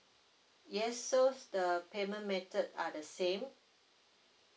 yes so uh payment method are the same